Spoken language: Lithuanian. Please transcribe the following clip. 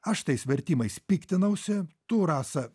aš tais vertimais piktinausi tu rasa